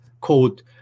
called